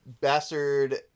Bastard